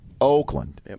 Oakland